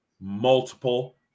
multiple